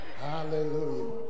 Hallelujah